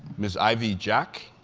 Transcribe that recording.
ms. ivy jack,